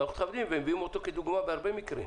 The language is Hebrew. אנחנו מכבדים ומביאים אותו כדוגמה בהרבה מקרים.